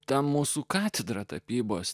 ta mūsų katedrą tapybos